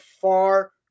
far